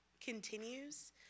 continues